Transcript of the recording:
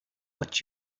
what